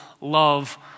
love